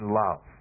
love